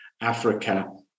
Africa